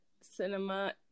cinema